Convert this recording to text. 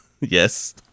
Yes